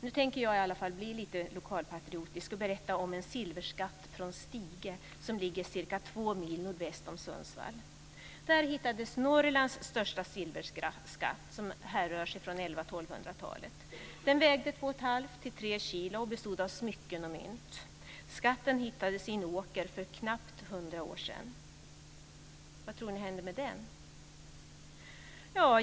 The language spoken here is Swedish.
Nu tänker jag i alla fall bli lite lokalpatriotisk och berätta om en silverskatt från Stige, som ligger cirka två mil nordväst om Sundsvall. Där hittades Norrlands största silverskatt som härrör från 1100-1200 talet. Den vägde 2 1⁄2-3 kilo och bestod av smycken och mynt. Skatten hittades i en åker för knappt hundra år sedan. Vad tror ni hände med den?